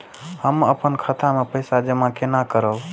हम अपन खाता मे पैसा जमा केना करब?